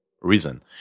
reason